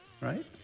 right